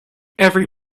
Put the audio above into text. every